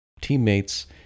teammates